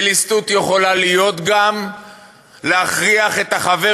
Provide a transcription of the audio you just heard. וליסטות יכולה להיות גם להכריח את החבר